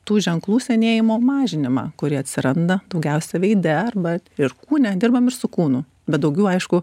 tų ženklų senėjimo mažinimą kurie atsiranda daugiausiai veide arba ir kūne dirbam su kūnu bet daugiau aišku